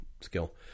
skill